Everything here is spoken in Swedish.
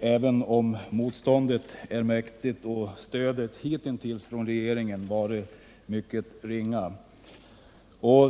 även om moståndet är mäktigt och stödet från regeringen hitintills varit mycket ringa.